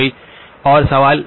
कोई और सवाल